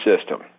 system